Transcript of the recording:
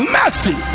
mercy